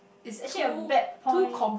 it's actually a bad point